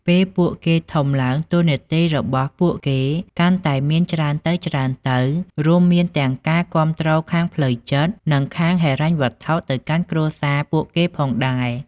ពេលពួកគេធំឡើង តួនាទីរបស់ពួកគេកាន់តែមានច្រើនទៅៗ រួមមានទាំងការគាំទ្រខាងផ្លូវចិត្ត និងខាងហិរញ្ញវត្ថទៅកាន់គ្រួសារពួកគេផងដែរ។